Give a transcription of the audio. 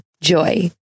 Joy